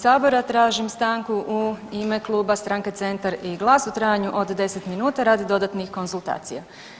Tražim stanku u ime Kluba stranke Centar i GLAS u trajanju od 10 minuta radi dodatnih konzultacija.